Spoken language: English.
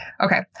okay